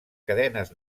cadenes